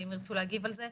אם ירצו להגיב על זה,